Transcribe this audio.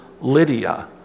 Lydia